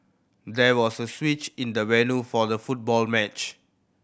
there was a switch in the venue for the football match